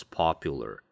popular